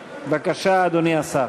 בבקשה, אדוני השר.